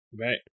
Right